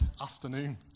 afternoon